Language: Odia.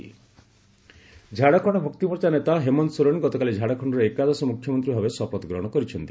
ଝାଡ଼ଖଣ୍ଡ ସିଏମ ଝାଡ଼ଖଣ୍ଡ ମୁକ୍ତିମୋର୍ଚ୍ଚା ନେତା ହେମନ୍ତ ସୋରେନ୍ ଗତକାଲି ଝାଡ଼ଖଣ୍ଡର ଏକାଦଶ ମୁଖ୍ୟମନ୍ତ୍ରୀ ଭାବେ ଶପଥ ଗ୍ରହଣ କରିଛନ୍ତି